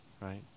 Right